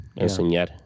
enseñar